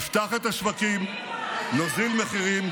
נפתח את השווקים, נוריד מחירים,